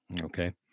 Okay